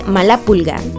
Malapulga